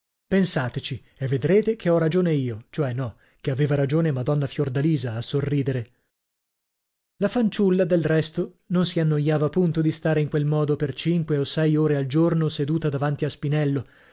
pensateci e vedrete che ho ragione io cioè no che aveva ragione madonna fiordalisa a sorridere la fanciulla del resto non si annoiava punto di stare in quel modo per cinque o sei ore al giorno seduta davanti a spinello